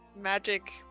magic